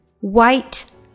White